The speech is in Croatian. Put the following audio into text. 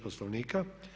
Poslovnika.